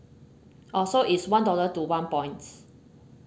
oh so is one dollar to one points